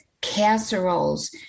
casseroles